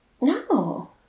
No